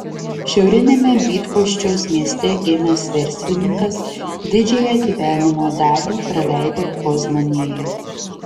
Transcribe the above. šiauriniame bydgoščiaus mieste gimęs verslininkas didžiąją gyvenimo dalį praleido poznanėje